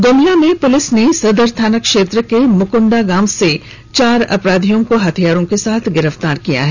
गुमला में पुलिस ने सदर थाना क्षेत्र के मुकुंडा गांव से चार अपराधियों को हथियारों के साथ गिरफ्तार किया है